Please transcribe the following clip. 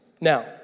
Now